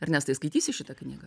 ernestai skaitysi šitą knygą